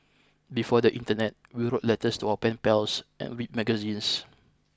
before the Internet we wrote letters to our pen pals and read magazines